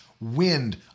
wind